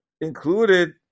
included